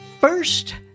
first